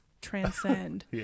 transcend